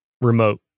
remote